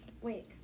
Wait